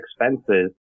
expenses